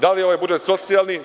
Da li je ovaj budžet socijalni?